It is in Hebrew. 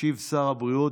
ישיב שר הבריאות.